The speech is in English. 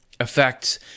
effects